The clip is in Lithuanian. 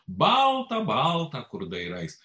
balta balta kur dairais